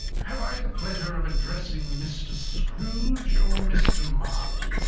have i the pleasure of addressing mr. scrooge, or mr. marley?